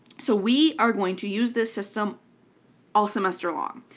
so we are going to use this system all semester long.